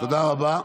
תודה רבה.